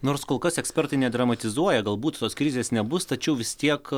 nors kol kas ekspertai nedramatizuoja galbūt tos krizės nebus tačiau vis tiek